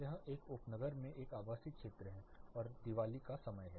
यह एक उपनगर में एक आवासीय क्षेत्र है और दिवाली का समय है